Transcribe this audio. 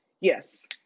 Yes